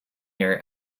year